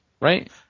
Right